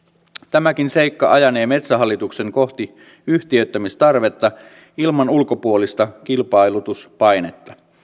tämäkin seikka ajanee metsähallituksen kohti yhtiöittämistarvetta ilman ulkopuolista kilpailutuspainetta